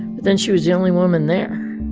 but then she was the only woman there.